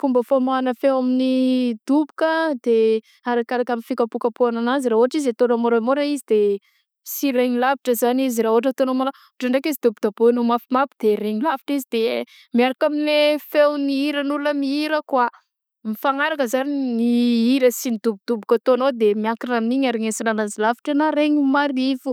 Fomba famoahana feo amin'ny doboka de arakaraka ny fikapokapohagna ananzy ra ôhatra izy ataonao môramôra tsy regny lavitra zany izy ra ôhatra ataonao môra; ra ôhatra ndraiky izy dabodanao ataonao mafimafy de regny lavitra izy de miaraka amle feon'ny mihira feogn'olona mihira kôa; mifagnaraka zany ny hira sy ny dobodoboka ataonao de miankina amign'iny arenesanao anazy lavitra na regny marivo.